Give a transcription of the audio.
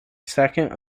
second